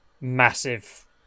massive